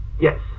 Yes